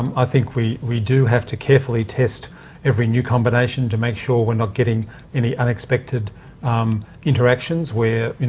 i think we we do have to carefully test every new combination to make sure we're not getting any unexpected interactions where,